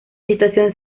situación